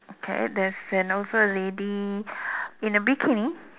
okay there is and also lady in a bikini